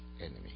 enemy